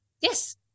yes